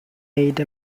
made